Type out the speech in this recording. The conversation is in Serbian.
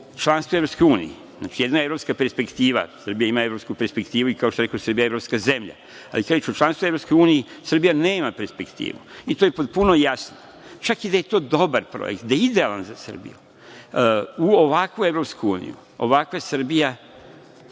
članstvu EU, znači jedna evropska perspektiva, Srbija ima evropsku perspektivu i kao što rekoh, Srbija je evropska zemlja, ali kada je reč o članstvu EU, Srbija nema perspektivu i to je potpuno jasno. Čak i da je to dobar projekat, da je idealan za Srbiju, u ovakvu EU, ovakva Srbija